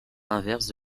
inverse